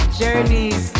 journeys